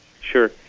sure